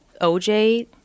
OJ